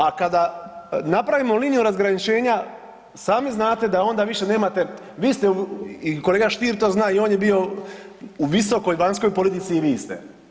A kada napravimo liniju razgraničenja, sami znate da onda više nemate, vi ste i kolega Stier to zna i on je bio u visokoj vanjskoj politici i vi ste.